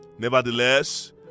Nevertheless